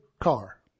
car